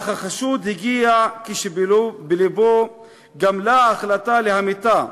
אך החשוד הגיע כשבלבו גמלה ההחלטה להמיתה.